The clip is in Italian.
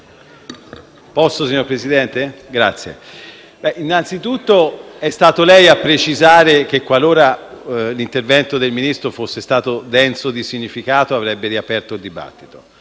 *(PD)*. Signor Presidente, innanzitutto è stato lei a precisare che, qualora l'intervento del Ministro fosse stato denso di significato, avrebbe riaperto il dibattito.